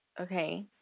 okay